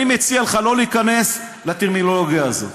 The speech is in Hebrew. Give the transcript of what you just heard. אני מציע לא להיכנס לטרמינולוגיה הזאת.